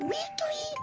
Weekly